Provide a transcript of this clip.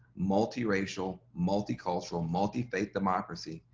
multi-racial, multi-cultural, multi-faith democracy,